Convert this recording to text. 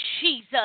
Jesus